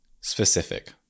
specific